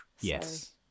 Yes